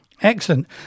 excellent